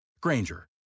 Granger